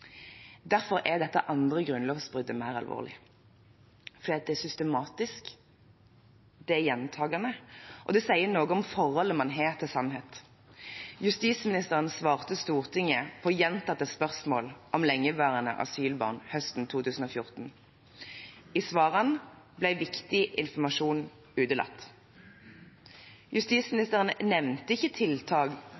Derfor er dette andre grunnlovsbruddet mer alvorlig – fordi det er systematisk, det er gjentakende, og det sier noe om det forholdet man har til sannhet. Justisministeren svarte Stortinget på gjentatte spørsmål om lengeværende asylbarn høsten 2014. I svarene ble viktig informasjon utelatt. Justisministeren nevnte ikke tiltak